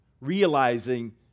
realizing